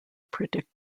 predict